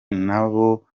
nabo